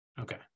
Okay